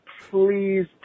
please